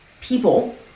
people